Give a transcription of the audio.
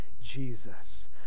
Jesus